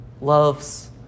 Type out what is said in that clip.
loves